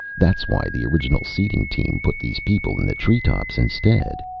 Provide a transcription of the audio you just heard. that's why the original seeding team put these people in the treetops instead.